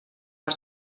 per